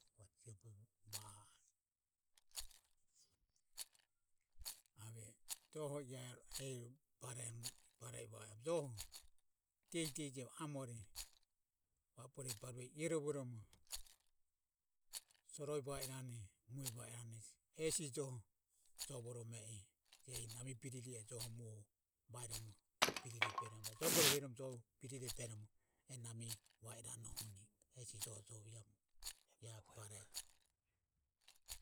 va o ave joho iae ehi baremo bare i va e joho dehi dehi je amore vabore barue iorovo romo soroi va irane mue va irane hesi joho jovoromo e a. ehi nami biriri e joho muoho ehi jo goro heromo birere beromo e nami va irane ehuni hesi joho jove ia bareje.